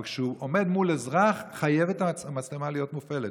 אבל כשהוא עומד מול אזרח המצלמה חייבת להיות מופעלת,